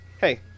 hey